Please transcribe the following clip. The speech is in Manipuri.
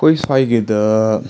ꯑꯩꯈꯣꯏ ꯁ꯭ꯋꯥꯏꯒꯤꯗ